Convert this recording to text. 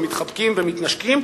ומתחבקים ומתנשקים,